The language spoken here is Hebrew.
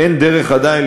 אין דרך עדיין,